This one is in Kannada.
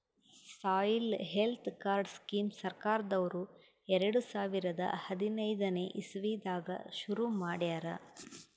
ಸಾಯಿಲ್ ಹೆಲ್ತ್ ಕಾರ್ಡ್ ಸ್ಕೀಮ್ ಸರ್ಕಾರ್ದವ್ರು ಎರಡ ಸಾವಿರದ್ ಹದನೈದನೆ ಇಸವಿದಾಗ ಶುರು ಮಾಡ್ಯಾರ್